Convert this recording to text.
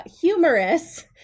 humorous